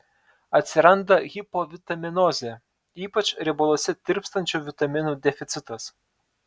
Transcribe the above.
atsiranda hipovitaminozė ypač riebaluose tirpstančių vitaminų deficitas